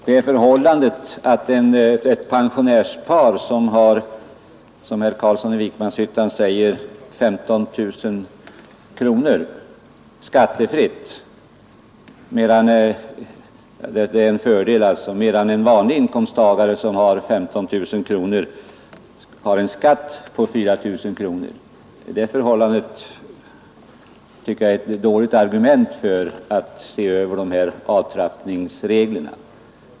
Det förhållandet att, som herr Carlsson i Vikmanshyttan säger, ett pensionärspar har 15 000 kronor skattefritt medan en vanlig inkomsttagare med 15 000 kronors inkomst får betala 4 000 kronor i skatt på den inkomsten, är ett dåligt argument för att inte se över avtrappningsreglerna.